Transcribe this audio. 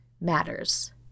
matters